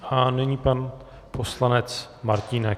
A nyní pan poslanec Martínek.